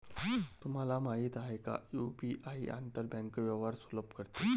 तुम्हाला माहित आहे का की यु.पी.आई आंतर बँक व्यवहार सुलभ करते?